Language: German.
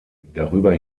darüber